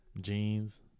jeans